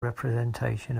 representation